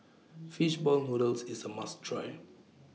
Fish Ball Noodles IS A must Try